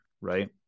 right